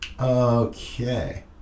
okay